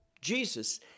jesus